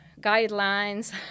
guidelines